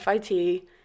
FIT